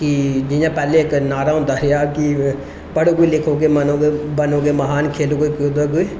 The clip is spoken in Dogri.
कि जि'यां पैह्लें इक नारा होंदा हा कि पढो गै लिखो गै बनोगे महान खेलो गै कूदो गे